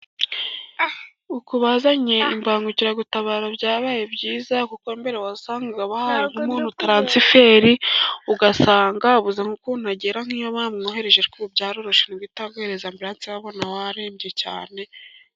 Uku bazanye imbangukiragutabara byabaye byiza kuko mbere wasangaga bahaye umuntu taransiferi. ugasanga abuze uko agera aho bamwohereje ko ariko ubu byaroroshye ni ugukora baguhereza buraniro ugukora warembye cyane.